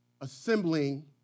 assembling